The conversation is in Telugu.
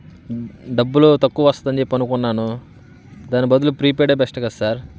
డబ్బులు తక్కువ వస్తుందని చెప్పి అనుకున్నాను దాని బదులు ప్రీపెయిడే బెస్ట్ కదా సార్